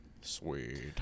Sweet